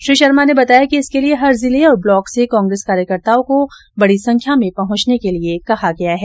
श्री शर्मा ने बताया कि इसके लिए हर जिले और ब्लॉक से कांग्रेस कार्यकर्ताओं को बड़ी संख्या में पहुंचने के लिए कहा गया हैं